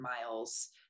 miles